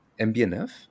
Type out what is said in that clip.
MBNF